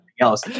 else